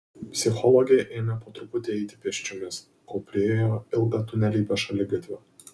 psichologė ėmė po truputį eiti pėsčiomis kol priėjo ilgą tunelį be šaligatvio